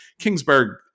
Kingsburg